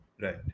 right